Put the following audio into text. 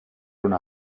una